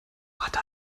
hatte